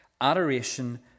adoration